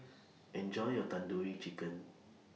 Enjoy your Tandoori Chicken